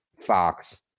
Fox